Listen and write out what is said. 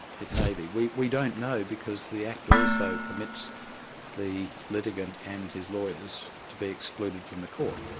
it may be. we we don't know, because the act also permits the litigant and his lawyers to be excluded from the court.